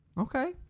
Okay